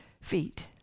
feet